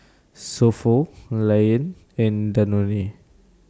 So Pho Lion and Danone